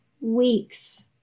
weeks